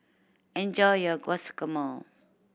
enjoy your Guacamole